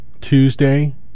Tuesday